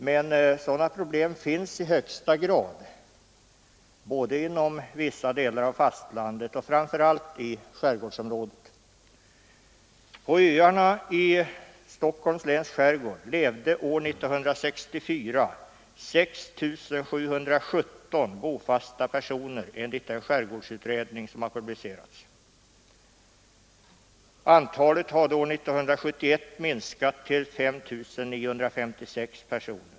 Men sådana problem finns i högsta grad både inom vissa delar av fastlandet och framför allt i skärgården. På öarna i Stockholms läns skärgård levde år 1964 6 717 bofasta personer enligt publicerade uppgifter från en skärgårdsutredning. Antalet hade år 1971 minskat till 5 956 personer.